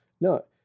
No